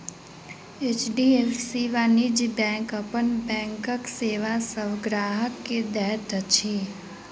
HDFC वाणिज्य bank अपन बैंकक सेवा सभ ग्राहक के दैत अछि